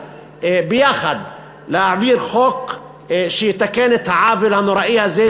ביחד להעביר חוק שיתקן את העוול הנוראי הזה,